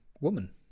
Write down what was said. woman